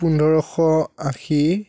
পোন্ধৰশ আশী